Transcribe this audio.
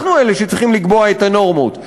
אנחנו אלה שצריכים לקבוע את הנורמות.